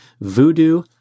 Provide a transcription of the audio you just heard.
Voodoo